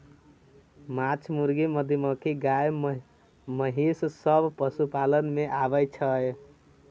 माछ, मुर्गी, मधुमाछी, गाय, महिष सब पशुपालन मे आबय छै